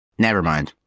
nevermind!